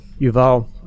Yuval